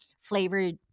flavored